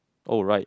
alright